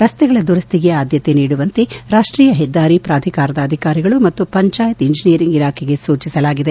ರಸ್ಗೆಗಳ ದುರಸ್ಗೆ ಆದ್ದತೆ ನೀಡುವಂತೆ ರಾಷ್ಷೀಯ ಹೆದ್ದಾರಿ ಪ್ರಾಧಿಕಾರದ ಅಧಿಕಾರಿಗಳು ಮತ್ತು ಪಂಜಾಯತ್ ಇಂಜನಿಯರಿಂಗ್ ಇಲಾಖೆಗೆ ಸೂಚಿಸಲಾಗಿದೆ